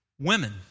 women